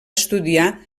estudiar